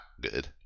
good